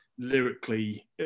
lyrically